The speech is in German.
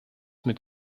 mit